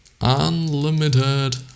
Unlimited